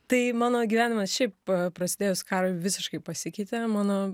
tai mano gyvenimas šiaip prasidėjus karui visiškai pasikeitė mano